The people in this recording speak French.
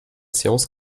séance